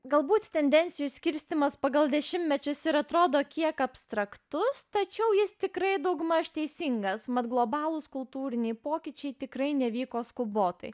galbūt tendencijų išskirstymas pagal dešimtmečius ir atrodo kiek abstraktus tačiau jis tikrai daugmaž teisingas mat globalūs kultūriniai pokyčiai tikrai nevyko skubotai